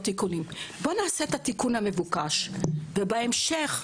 בואו נעשה את התיקון המבוקש ובהמשך,